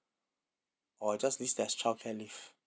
or just list as childcare leave